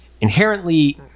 inherently